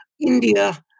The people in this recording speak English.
India